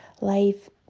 life